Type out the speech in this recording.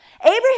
Abraham